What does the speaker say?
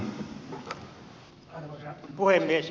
arvoisa puhemies